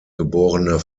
geborene